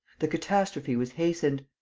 the catastrophe was hastened.